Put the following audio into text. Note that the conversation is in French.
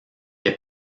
est